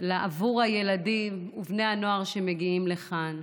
עבור הילדים ובני הנוער שמגיעים לכאן.